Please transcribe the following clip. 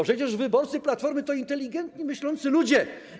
Przecież wyborcy Platformy to inteligentni, myślący ludzie.